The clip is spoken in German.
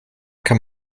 kann